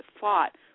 fought